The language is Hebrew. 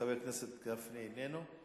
חבר הכנסת גפני איננו?